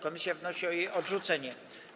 Komisja wnosi o jej odrzucenie.